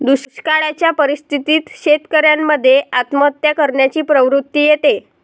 दुष्काळयाच्या परिस्थितीत शेतकऱ्यान मध्ये आत्महत्या करण्याची प्रवृत्ति येते